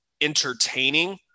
entertaining